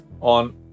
on